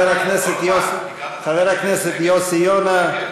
חבר הכנסת יוסי יונה.